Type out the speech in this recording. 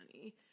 money